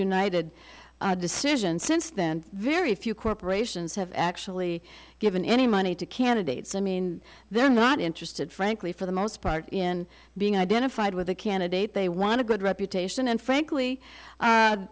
united decision since then very few corporations have actually given any money to candidates i mean they're not interested frankly for the most part in being identified with a candidate they want a good reputation and frankly